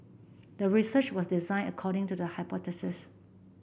the research was designed according to the hypothesis